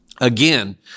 again